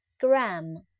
Gram